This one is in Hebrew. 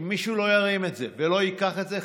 אם מישהו לא ירים את זה ולא ייקח את זה,